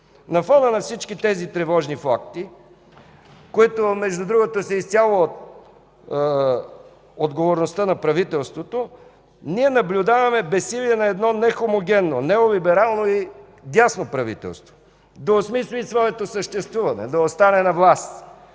На фона на всички тези тревожни факти, които, между другото, са изцяло от отговорността на правителството, ние наблюдаваме безсилието на едно нехомогенно неолиберално и дясно правителство да осмисли съществуването си, да остане на власт.